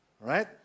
right